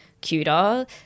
cuter